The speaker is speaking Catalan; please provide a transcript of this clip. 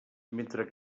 mentre